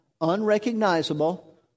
unrecognizable